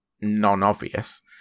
non-obvious